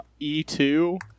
E2